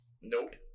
Nope